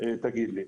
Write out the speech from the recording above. תגיד לי.